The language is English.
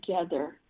together